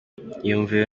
imyumvire